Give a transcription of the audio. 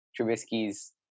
Trubisky's